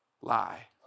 lie